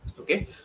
Okay